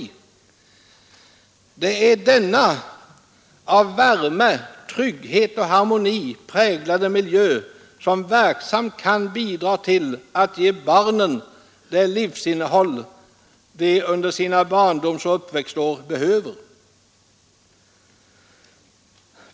Det är denna av värme, trygghet och harmoni präglade miljö som verksamt kan bidra till att ge barnen det livsinnehåll de under sina barndomsoch uppväxtår behöver.